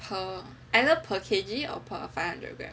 per either per K_G or per five hundred gram